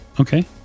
Okay